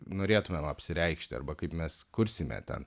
norėtumėm apsireikšti arba kaip mes kursime ten